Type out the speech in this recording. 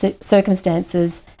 circumstances